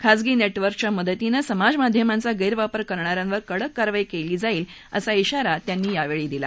खाजगी नेटवर्कच्या मदतीनं समाज माध्यमांचा गैरवापर करणा यांवर कडक कारवाई केली जाईल असा श्राारा त्यांनी यावेळी दिला